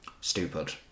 stupid